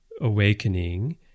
awakening